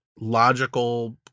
logical